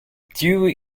dewey